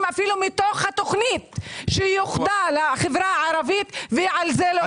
אפילו מתוך התוכנית שיוחדה לחברה הערבית ועל זה לא הסכימו.